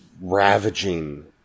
ravaging